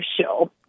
show